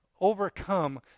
overcome